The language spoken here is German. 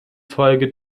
folge